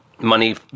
money